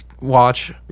Watch